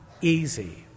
easy